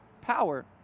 power